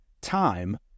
Time